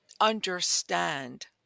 understand